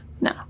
no